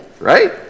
right